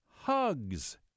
Hugs